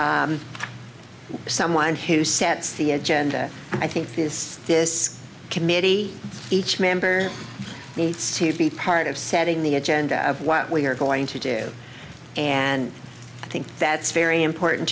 then someone who sets the agenda i think is this committee each member needs to be part of setting the agenda of what we are going to do and i think that's very important